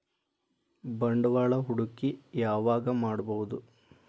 ಬಂಡವಾಳ ಹೂಡಕಿ ಯಾವಾಗ್ ಮಾಡ್ಬಹುದು?